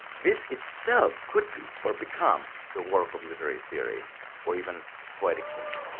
this itself could be, or become, the work of literary theory or even poetic thinking.